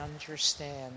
understand